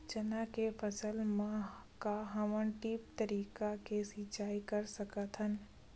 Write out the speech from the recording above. चना के फसल म का हमन ड्रिप तरीका ले सिचाई कर सकत हन?